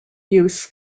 use